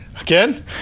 Again